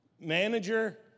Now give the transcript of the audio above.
Manager